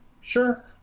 sure